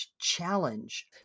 challenge